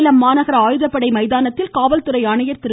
சேலம் மாநகர ஆயுதப்படை மைதானத்தில் காவல்துறை ஆணையர் திரு